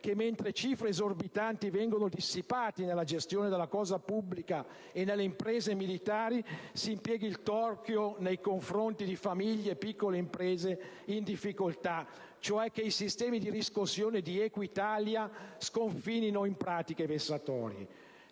che mentre cifre esorbitanti vengono dissipate nella gestione della cosa pubblica e nelle imprese militari, si impieghi il torchio nei confronti di famiglie e piccole imprese in difficoltà, cioè che i sistemi di riscossione di Equitalia sconfinino in pratiche vessatorie.